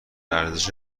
ارزش